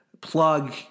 plug